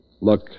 Look